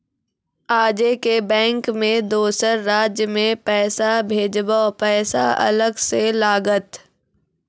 आजे के बैंक मे दोसर राज्य मे पैसा भेजबऽ पैसा अलग से लागत?